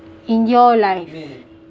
in your life